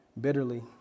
bitterly